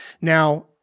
Now